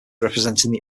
representing